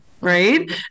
right